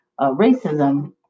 racism